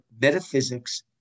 metaphysics